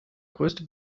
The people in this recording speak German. größte